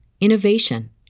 innovation